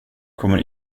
kommer